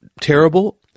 terrible